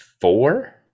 four